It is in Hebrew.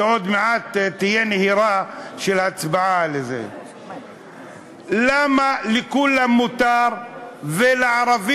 ועוד מעט תהיה נהירה להצבעה: למה לכולם מותר ולערבים,